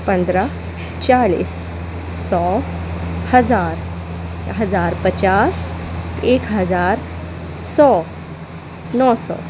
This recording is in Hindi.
पंद्रह चालीस सौ हज़ार हज़ार पचास एक हज़ार सौ नौ सौ